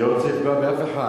אני לא רוצה לפגוע באף אחד,